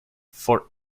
for